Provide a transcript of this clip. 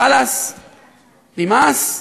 חלאס, נמאס.